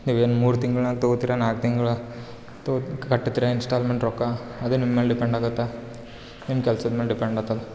ನೀವೇನು ಮೂರು ತಿಂಗಳಿನಾಗ್ ತಗೋತೀರ ನಾಲ್ಕು ತಿಂಗಳು ತಗೋ ಕಟ್ಟುತ್ತಿರ ಇನ್ಸ್ಟಾಲ್ಮೆಂಟ್ ರೊಕ್ಕ ಅದೆ ನಿಮ್ಮ ಮೇಲೆ ಡಿಪೆಂಡ್ ಆಗತ್ತೆ ನಿಮ್ಮ ಕೆಲ್ಸದ ಮೇಲೆ ಡಿಪೆಂಡ್ ಆಗ್ತದ